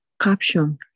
Caption